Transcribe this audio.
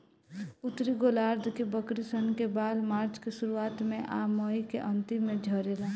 उत्तरी गोलार्ध के बकरी सन के बाल मार्च के शुरुआत में आ मई के अन्तिम में झड़ेला